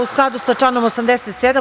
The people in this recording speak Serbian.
U skladu sa članom 87.